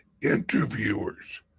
interviewers